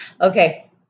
Okay